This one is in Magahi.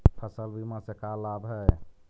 फसल बीमा से का लाभ है?